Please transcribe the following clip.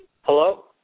Hello